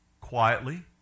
quietly